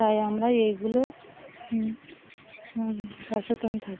তাই আমরা এইগুলো সচেতন থাকি